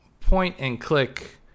point-and-click